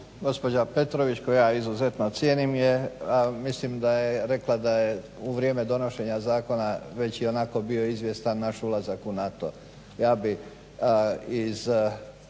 Gospođa Petrović, koju ja izuzetno cijenim, je, mislim da je rekla da je u vrijeme donošenja zakona već i onako bio izvjestan naš ulazak u NATO.